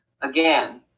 again